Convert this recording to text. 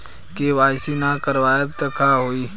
KYC ना करवाएम तब का होई?